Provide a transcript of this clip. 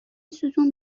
ستون